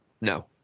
No